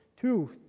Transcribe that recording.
Two